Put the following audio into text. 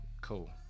cool